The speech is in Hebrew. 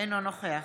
אינו נוכח